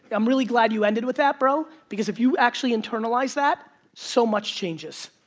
i'm really glad you ended with that, bro, because if you actually internalize that, so much changes.